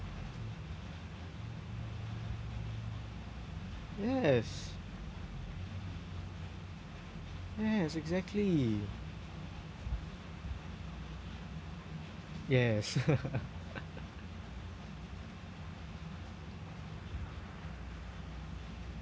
yes yes exactly yes